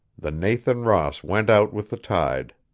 the nathan ross went out with the tide.